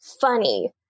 funny